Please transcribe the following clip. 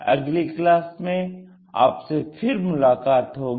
अगली क्लास में आपसे फिर मुलाकात होगी